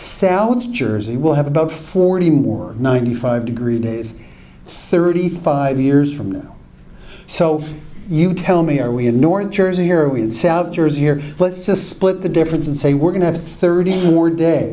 south jersey will have about forty more ninety five degree days thirty five years from now so you tell me are we in north jersey are we in south jersey or let's just split the difference and say we're going to have thirty more day